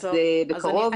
אז בקרוב.